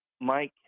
Mike